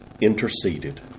interceded